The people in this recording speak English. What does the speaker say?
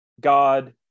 God